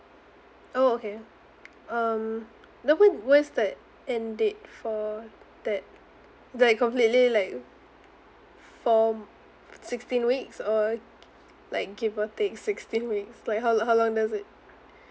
oh okay um normally what's that end date for that like completely like for um sixteen weeks or like give or take sixteen weeks like how long how long does it